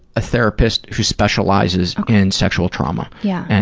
a therapist who specializes in sexual trauma. yeah.